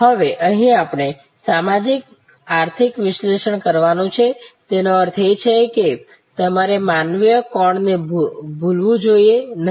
હવે અહીં આપણે સામાજિક આર્થિક વિશ્લેષણ કરવાનું છે તેનો અર્થ એ કે તમારે માનવીય કોણને ભૂલવું જોઈએ નહીં